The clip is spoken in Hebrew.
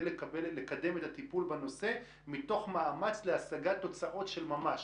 לקדם את הטיפול בנושא מתוך מאמץ להשגת תוצאות של ממש".